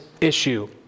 issue